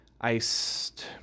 iced